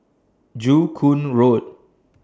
Joo Koon Road